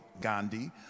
Gandhi